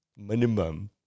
minimum